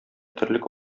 терлек